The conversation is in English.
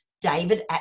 David